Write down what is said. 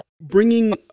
bringing